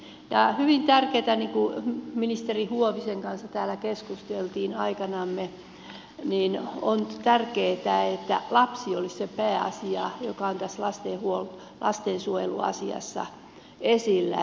on hyvin tärkeätä niin kuin ministeri huovisen kanssa täällä keskustelimme aikanamme että lapsi olisi se pääasia joka on tässä lastensuojeluasiassa esillä